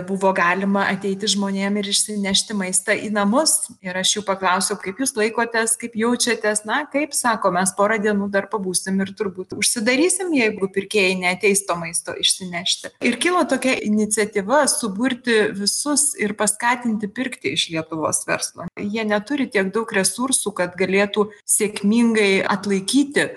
buvo galima ateiti žmonėm ir išsinešti maistą į namus ir aš jų paklausiau kaip jūs laikotės kaip jaučiatės na kaip sako mes porą dienų dar pabūsim ir turbūt užsidarysim jeigu pirkėjai neateis to maisto išsinešti ir kilo tokia iniciatyva suburti visus ir paskatinti pirkti iš lietuvos verslo jie neturi tiek daug resursų kad galėtų sėkmingai atlaikyti